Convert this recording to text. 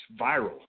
viral